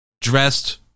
dressed